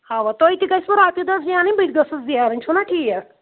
اَوا تُہۍ تہِ گٔژھِوٕ رۄپیہِ دَہ زینٕنۍ بہٕ تہِ گٔژھٕس زینٕنۍ چھُنا ٹھیٖک